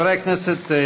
חברי הכנסת,